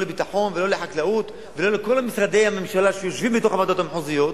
לביטחון ולא לחקלאות ולא לכל משרדי הממשלה שיושבים בתוך הוועדות המחוזיות